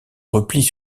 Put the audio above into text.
replient